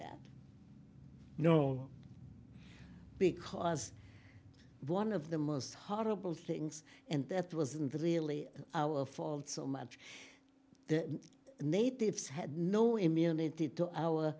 that no because one of the most horrible things and that wasn't really our fault so much the natives had no immunity to our